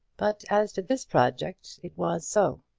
but as to this project it was so.